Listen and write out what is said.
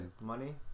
Money